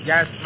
Yes